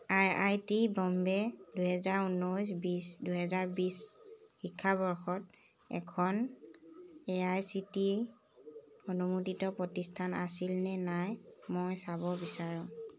I I T Bombay দুহেজাৰ ঊনৈছ বিছ দুহেজাৰ বিছ শিক্ষাবৰ্ষত এখন এ আই চি টি অনুমোদিত প্ৰতিষ্ঠান আছিল নে নাই মই চাব বিচাৰোঁ